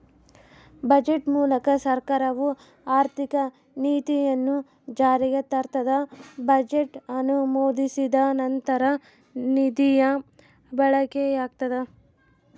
budget ಮೂಲಕ ಸರ್ಕಾರವು ಆರ್ಥಿಕ ನೀತಿಯನ್ನು ಜಾರಿಗೆ ತರ್ತದ ಬಜೆಟ್ ಅನುಮೋದಿಸಿದ ನಂತರ ನಿಧಿಯ ಬಳಕೆಯಾಗ್ತದ